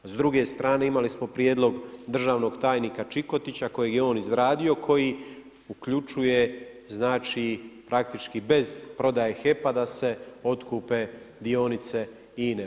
S druge strane imali smo prijedlog državnog tajnika ČIkotića kojeg je on izradio koji uključuje praktički bez prodaje HEP-a da se otkupe dionice INA-e.